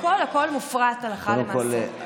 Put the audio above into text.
הכול הכול מופרט הלכה למעשה.